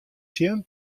sjen